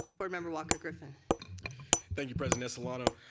board member walker-griffin thank you president estolano.